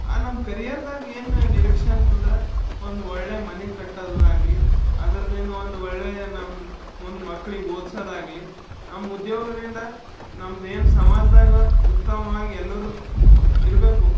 ನಮ್ಮ ಕರಿಯರ್ದಾಗ ಏನು ನಿರೀಕ್ಷೆ ಅಂತಂದ್ರೆ ಒಂದು ಒಳ್ಳೆ ಮನೆ ಕಟ್ಟೋದು ಆಗಲಿ ಅದ್ರದ್ದೇನೋ ಒಂದು ಒಳ್ಳೇ ನಮ್ಮ ಮುಂದೆ ಮಕ್ಳಿಗೆ ಓದಿಸೋದಾಗ್ಲಿ ನಮ್ಮ ಉದ್ಯೋಗದಿಂದ ನಮ್ದೇನು ಸಮಾಜದಾಗ ಉತ್ತಮವಾಗಿ ಎಲ್ಲರ್ ಇರಬೇಕು